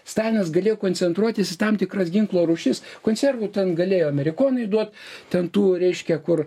stalinas galėjo koncentruotis į tam tikras ginklo rūšis konservų ten galėjo amerikonai duot ten tų reiškia kur